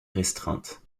restreinte